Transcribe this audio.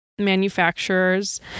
manufacturers